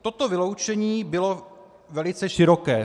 Toto vyloučení bylo velice široké.